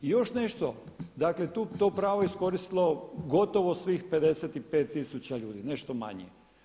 I još nešto, dakle to pravo je iskoristilo gotovo svih 55 tisuća ljudi, nešto manje.